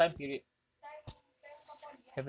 maybe time time kau poly ah